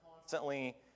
constantly